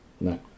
No